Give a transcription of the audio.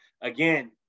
again